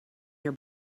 your